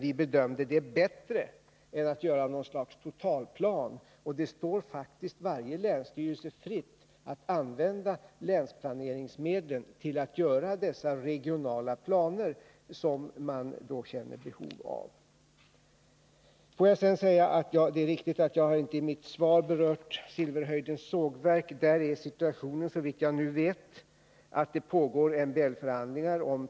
Vi bedömde det vara bättre än att göra upp något slags totalplan, och det står faktiskt varje länsstyrelse fritt att använda länsplaneringsmedlen till de regionala planer som man känner behov av. Det är riktigt att jag i mitt svar inte har berört Silverhöjdens sågverk. Där är situationen den, såvitt jag vet, att det pågår MBL-förhandlingar.